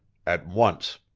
at once!